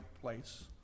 place